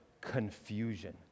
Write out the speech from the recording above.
confusion